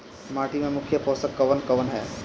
माटी में मुख्य पोषक कवन कवन ह?